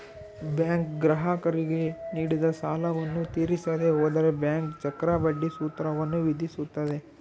bank ಗ್ರಾಹಕರಿಗೆ ನೀಡಿದ ಸಾಲವನ್ನು ತೀರಿಸದೆ ಹೋದರೆ ಬ್ಯಾಂಕ್ ಚಕ್ರಬಡ್ಡಿ ಸೂತ್ರವನ್ನು ವಿಧಿಸುತ್ತದೆ